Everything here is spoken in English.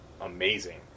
amazing